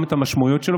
גם את המשמעויות שלו.